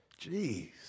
jeez